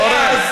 אורן,